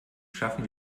schaffen